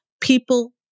people